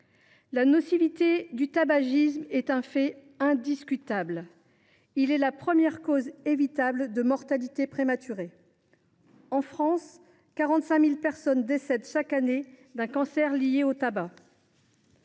La nocivité du tabagisme est un fait indiscutable : celui ci est la première cause évitable de mortalité prématurée. En France, quelque 45 000 personnes décèdent chaque année d’un cancer lié au tabac.